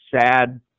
sad